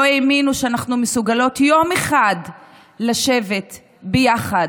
לא האמינו שאנחנו מסוגלות יום אחד לשבת ביחד,